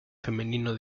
femenino